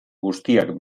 guztiak